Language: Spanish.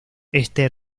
este